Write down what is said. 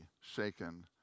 shaken